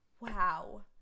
wow